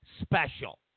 special